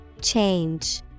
Change